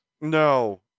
No